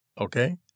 okay